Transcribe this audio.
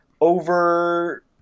over